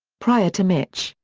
prior to mitch,